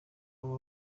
waba